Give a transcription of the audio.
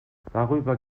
darüber